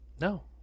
no